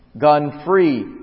gun-free